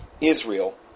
Israel